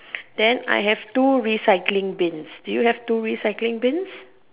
then I have two recycling bins do you have two recycling bins